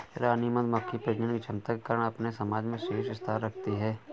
रानी मधुमक्खी प्रजनन की क्षमता के कारण अपने समाज में शीर्ष स्थान रखती है